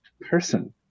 person